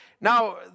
now